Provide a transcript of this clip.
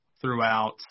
throughout